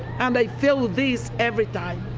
and i feel this every time.